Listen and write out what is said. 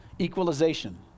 equalization